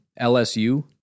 LSU